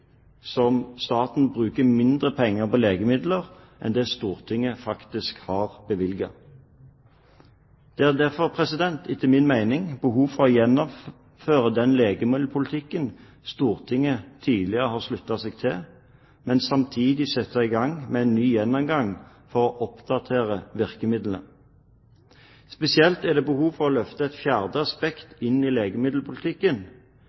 som staten bruker mindre penger på legemidler enn det Stortinget faktisk har bevilget. Det er derfor, etter min mening, behov for å gjennomføre den legemiddelpolitikken Stortinget tidligere har sluttet seg til, men samtidig sette i gang med en ny gjennomgang for å oppdatere virkemidlene. Spesielt er det behov for å løfte et fjerde